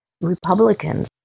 Republicans